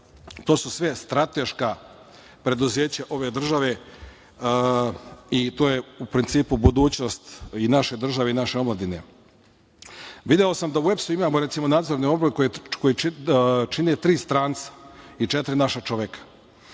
su sve strateška preduzeća ove države i to je u principu budućnost i naše države i naše omladine. Video sam da u EPS-u imamo, recimo, nadzorne odbore koje čine tri stranca i četiri naša čoveka.